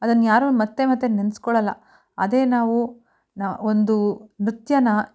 ಅದನ್ನು ಯಾರೂ ಮತ್ತು ಮತ್ತು ನೆನೆಸ್ಕೊಳ್ಳೋಲ್ಲ ಅದೇ ನಾವು ನಾವು ಒಂದು ನೃತ್ಯನ